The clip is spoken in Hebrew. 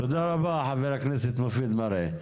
תודה רבה, חבר הכנסת מופיד מרעי.